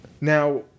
Now –